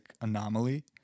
anomaly